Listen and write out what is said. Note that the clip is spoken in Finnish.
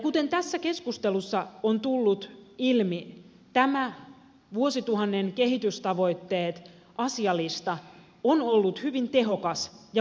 kuten tässä keskustelussa on tullut ilmi tämä vuosituhannen kehitystavoitteet asialista on ollut hyvin tehokas ja vaikutusvaltainen